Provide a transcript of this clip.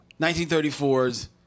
1934's